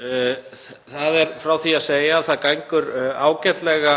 er frá því að segja að það gengur ágætlega